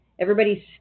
Everybody's